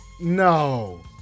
No